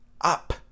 up